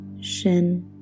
shin